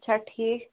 اَچھا ٹھیٖک